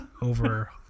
over